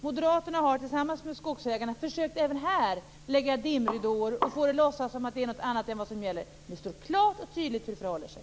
Moderaterna har tillsammans med skogsägarna försökt att även här lägga dimridåer och få det att låta som att det är någonting annat än vad som gäller. Det står klart och tydligt hur det förhåller sig.